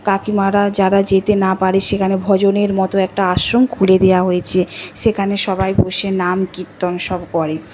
কাকিমারা যারা যেতে না পারে সেখানে ভজনের মতো একটা আশ্রম খুলে দেওয়া হয়েছে সেখানে সবাই বসে নাম কীর্তন সব করে